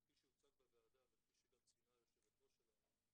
כפי שהוצג בוועדה וכפי שגם ציינה היושבת ראש שלנו,